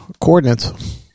coordinates